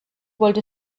wollte